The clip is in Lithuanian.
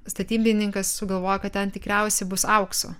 statybininkas sugalvojo kad ten tikriausiai bus aukso